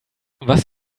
was